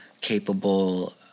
capable